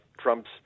Trump's